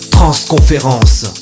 Transconférence